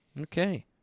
Okay